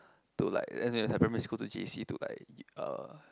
to like and it was like primary school to j_c to like uh